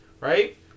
Right